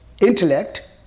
intellect